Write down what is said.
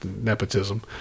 nepotism